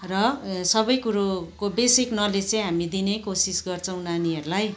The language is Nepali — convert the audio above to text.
र सबै कुरोको बेसिक नलेज चाहिँ हामी दिने कोसिस गर्छौँ नानीहरूलाई